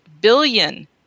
billion